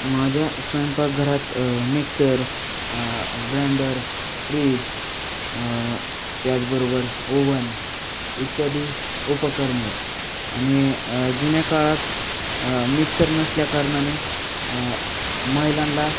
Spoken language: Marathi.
माझ्या स्वयंपाकघरात मिक्सर ग्रँंडर फ्रीज त्याचबरोबर ओवन इत्यादी उपकरणे आहेत आणि जुन्या काळात मिक्सर नसल्याकारणाने महिलांना